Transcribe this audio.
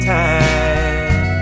time